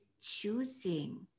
choosing